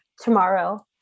tomorrow